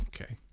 Okay